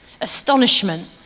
astonishment